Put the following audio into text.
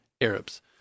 Arabs